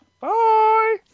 bye